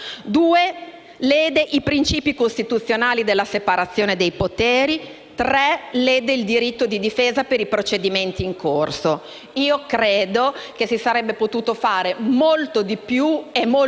lede i principi costituzionali della separazione dei poteri; lede il diritto di difesa per i procedimenti in corso. Credo che si sarebbe potuto fare molto di più e molto meglio se,